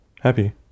Happy